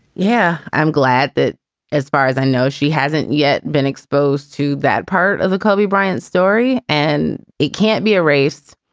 yeah, i'm glad that as far as i know, she hasn't yet been exposed to that part of the kobe bryant story. and it can't be a race.